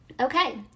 Okay